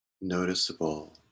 noticeable